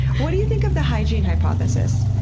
what do you think of the hygiene hypothesis?